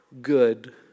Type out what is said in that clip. good